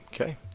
Okay